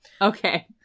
Okay